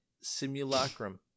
simulacrum